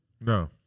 No